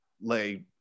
lay